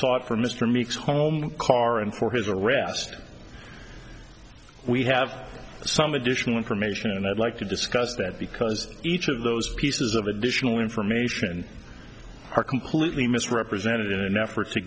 sought for mr meeks home car and for his arrest we have some additional information and i'd like to discuss that because each of those pieces of additional information are completely misrepresented in an effort to